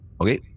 Okay